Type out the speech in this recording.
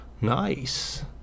Nice